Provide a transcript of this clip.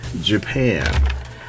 Japan